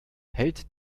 hält